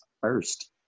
first